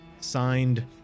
Signed